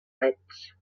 leds